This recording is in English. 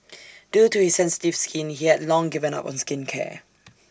due to his sensitive skin he had long given up on skincare